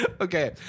Okay